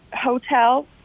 hotel